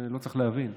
ולא צריך להבין,